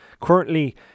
Currently